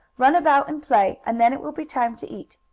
run about and play, and then it will be time to eat.